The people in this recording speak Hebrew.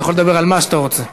אתה יכול לדבר על מה שאתה רוצה.